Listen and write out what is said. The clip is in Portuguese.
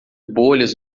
bolhas